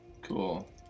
Cool